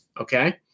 Okay